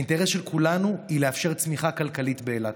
האינטרס של כולנו הוא לאפשר צמיחה כלכלית באילת.